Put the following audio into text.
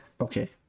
Okay